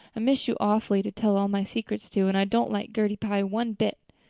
miss you awfully to tell all my secrets to and i don't like gertie pye one bit.